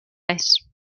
res